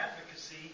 advocacy